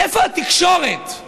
איפה התקשורת,